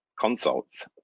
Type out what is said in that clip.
consults